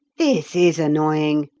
this is annoying,